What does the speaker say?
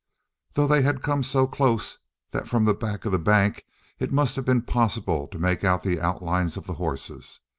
though they had come so close that from the back of the bank it must have been possible to make out the outlines of the horses.